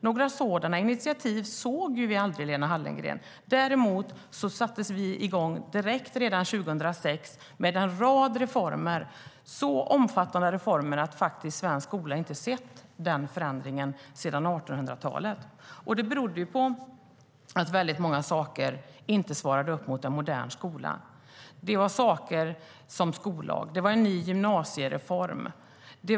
Några sådana initiativ såg vi aldrig, Lena Hallengren.Däremot satte vi igång direkt redan 2006 med en rad reformer som var så omfattande att svensk skola inte sett en sådan förändring sedan 1800-talet. Det berodde på att väldigt många saker inte svarade mot en modern skola. Vi införde en ny skollag och gjorde en gymnasiereform.